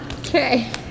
Okay